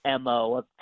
MO